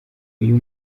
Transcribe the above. uyu